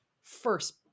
first